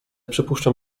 przypuszczam